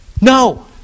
No